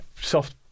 soft